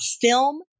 film